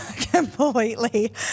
completely